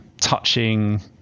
touching